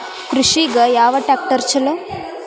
ಕೃಷಿಗ ಯಾವ ಟ್ರ್ಯಾಕ್ಟರ್ ಛಲೋ?